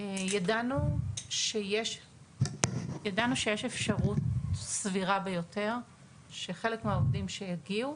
ידענו שיש אפשרות סבירה ביותר שחלק מהעובדים שיגיעו